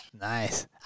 Nice